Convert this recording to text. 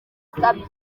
asabye